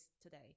today